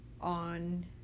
on